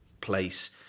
place